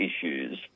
issues